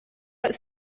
ist